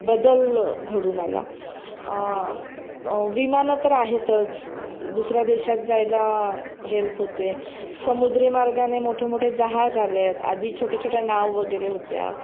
बदल घडून आला विमानं तर आहेतच दुसऱ्या देशात जायला हेल्प होते समुद्री मार्गाने मोठे मोठे जहाज आले आहेत आधी छोट्या छोट्या नाव वगैरे होत्या